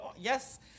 Yes